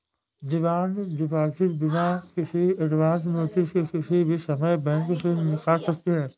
demand deposit बिना किसी advance notice के किसी भी समय बैंक से निकाल सकते है